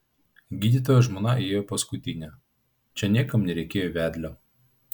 gydytojo žmona įėjo paskutinė čia niekam nereikėjo vedlio